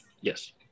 Yes